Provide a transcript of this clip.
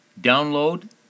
Download